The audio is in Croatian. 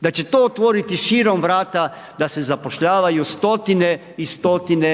da će to otvoriti širom vrata da se zapošljavaju stotine i stotine